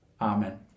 Amen